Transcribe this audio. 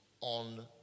on